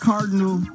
Cardinal